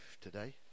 today